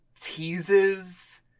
teases